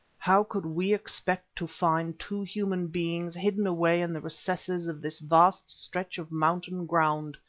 how could we expect to find two human beings hidden away in the recesses of this vast stretch of mountain ground,